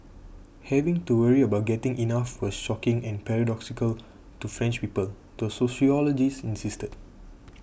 having to worry about getting enough was shocking and paradoxical to French people the sociologist insisted